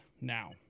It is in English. now